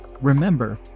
Remember